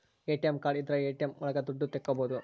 ATM card ಇದ್ರ ATM ಒಳಗ ದುಡ್ಡು ತಕ್ಕೋಬೋದು